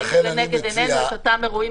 ראינו לנגד עינינו את אותם אירועים